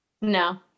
No